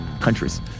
countries